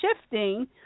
shifting